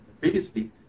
previously